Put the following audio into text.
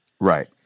Right